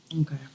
Okay